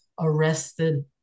arrested